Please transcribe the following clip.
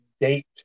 date